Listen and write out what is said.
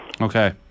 Okay